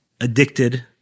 addicted